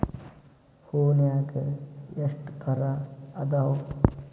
ಹೂನ್ಯಾಗ ಎಷ್ಟ ತರಾ ಅದಾವ್?